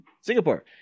Singapore